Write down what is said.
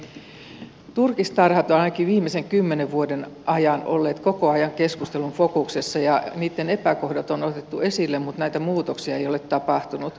turkistarhat ovat ainakin viimeisen kymmenen vuoden ajan olleet koko ajan keskustelun fokuksessa ja niitten epäkohdat on otettu esille mutta näitä muutoksia ei ole tapahtunut